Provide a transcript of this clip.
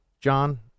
John